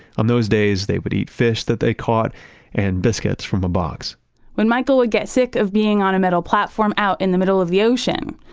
on those days, days, they would eat fish that they caught and biscuits from a box when michael would get sick of being on a metal platform out in the middle of the ocean,